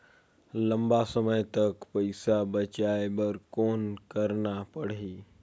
लंबा समय तक पइसा बचाये बर कौन करना पड़ही?